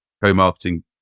co-marketing